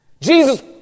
Jesus